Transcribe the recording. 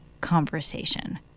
conversation